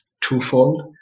twofold